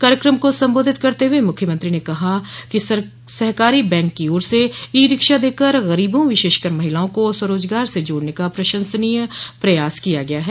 कार्यकम को सम्बोधित करते हुये मुख्यमंत्री ने कहा कि सहकारी बैंक की ओर से ई रिक्शा देकर गरीबों विशेषकर महिलाओं को स्वरोजगार से जोडने का प्रशंसनीय प्रयास किया गया है